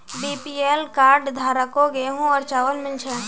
BPL card धारकों गेहूं और चावल मिल छे